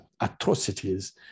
atrocities